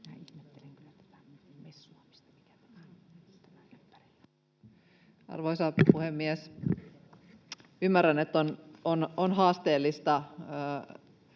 Arvoisa puhemies! Ymmärrän, että on haasteellista